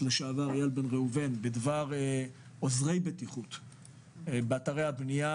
לשעבר איל בן ראובן בדבר עוזרי בטיחות באתרי הבניה,